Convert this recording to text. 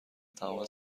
تمام